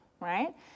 right